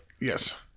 Yes